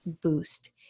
boost